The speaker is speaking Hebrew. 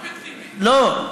לא,